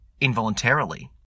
involuntarily